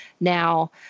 now